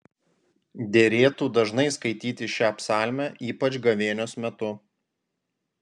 derėtų dažnai skaityti šią psalmę ypač gavėnios metu